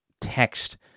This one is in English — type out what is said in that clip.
text